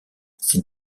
c’est